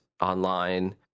online